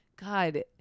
god